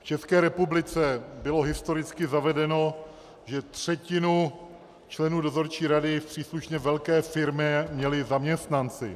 V České republice bylo historicky zavedeno, že třetinu členů dozorčí rady v příslušně velké firmě měli zaměstnanci.